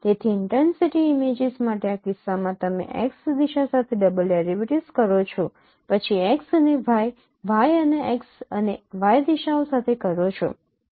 તેથી intensity images માટે આ કિસ્સામાં તમે x દિશા સાથે ડબલ ડેરિવેટિવ્ઝ કરો છો પછી x અને y y અને x અને y દિશાઓ સાથે કરો છો